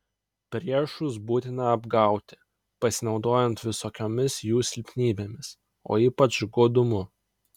priešus būtina apgauti pasinaudojant visokiomis jų silpnybėmis o ypač godumu